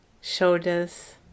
shoulders